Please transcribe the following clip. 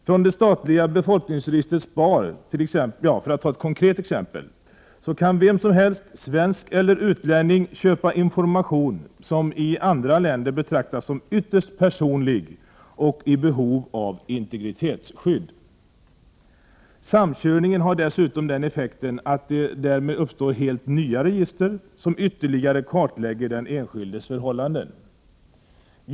Från det statliga befolkningsregistret SPAR -— för att ta ett konkret exempel — kan vem som helst, svensk eller utlänning, köpa information som i andra länder betraktas som ytterst personlig och i behov av integritetsskydd. Samkörningen har dessutom den effekten att det uppstår helt nya register, som ytterligare kartlägger den enskildes förhållanden.